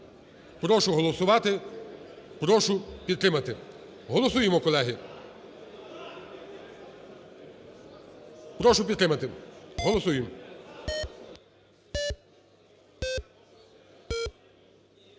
Прошу голосувати, прошу підтримати. Голосуємо, колеги. Прошу підтримати, голосуємо.